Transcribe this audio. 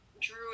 drew